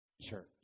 church